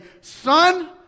Son